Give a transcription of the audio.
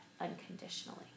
unconditionally